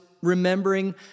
remembering